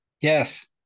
Yes